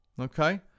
okay